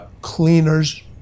Cleaners